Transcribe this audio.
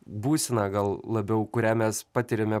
būseną gal labiau kurią mes patiriame